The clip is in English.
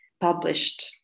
published